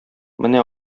менә